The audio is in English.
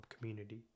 community